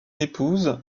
épouse